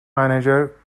manager